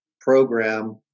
program